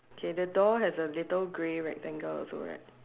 okay the door has a little grey rectangle also right